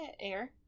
air